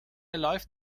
läuft